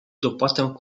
dopłatę